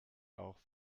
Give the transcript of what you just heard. auch